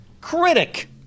critic